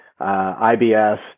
IBS